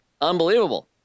unbelievable